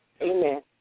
Amen